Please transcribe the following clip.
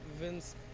Vince